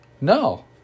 No